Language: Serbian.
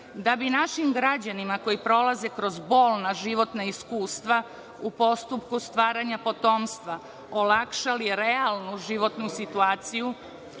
bi našim građanima koji prolaze kroz bolna životna iskustva u postupku stvaranja potomstva olakšali realnu životnu situaciju,